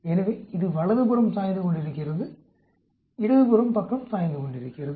எனவே இது வலது புறம் சாய்ந்துக் கொண்டிருக்கிறது இடது புறம் பக்கம் சாய்ந்துக் கொண்டிருக்கிறது